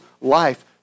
life